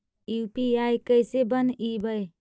UPI कैसे बनइबै?